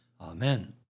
Amen